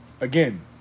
Again